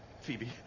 Phoebe